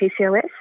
PCOS